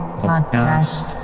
podcast